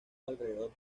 alrededor